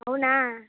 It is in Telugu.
అవునా